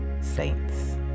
saints